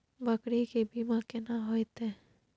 बकरी के बीमा केना होइते?